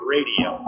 Radio